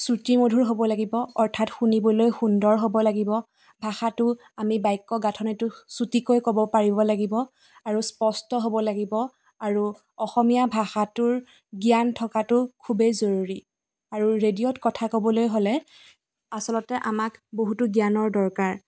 শ্ৰুতি মধুৰ হ'ব লাগিব অৰ্থাৎ শুনিবলৈ সুন্দৰ হ'ব লাগিব ভাষাটো আমি বাক্য গাঁথনিটো চুটিকৈ ক'ব পাৰিব লাগিব আৰু স্পষ্ট হ'ব লাগিব আৰু অসমীয়া ভাষাটোৰ জ্ঞান থকাটো খুবেই জৰুৰী আৰু ৰেডিঅ'ত কথা ক'বলৈ হ'লে আচলতে আমাক বহুতো জ্ঞানৰ দৰকাৰ